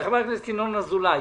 חבר הכנסת ינון אזולאי.